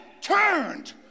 turned